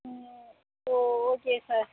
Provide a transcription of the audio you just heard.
ம் ஓ okay sir